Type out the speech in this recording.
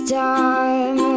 time